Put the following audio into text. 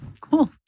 cool